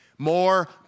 More